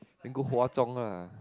then go Huazhong lah